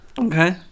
okay